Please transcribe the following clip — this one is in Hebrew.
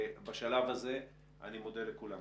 בשלב הזה אני מודה לכולם.